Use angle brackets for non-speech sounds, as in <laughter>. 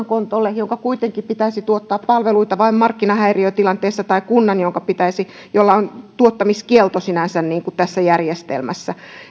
<unintelligible> kontolle jonka kuitenkin pitäisi tuottaa palveluita vain markkinahäiriötilanteessa tai kunnan jolla on tuottamiskielto sinänsä tässä järjestelmässä